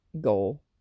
goal